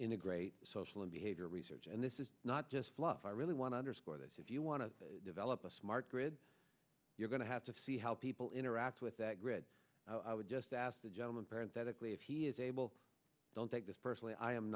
integrate social and behavioral research and this is not just fluff i really want to underscore this if you want to develop a smart grid you're going to have to see how people interact with that grid i would just ask the gentleman parent that a cli if he is able don't take this personally i am